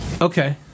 Okay